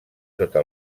sota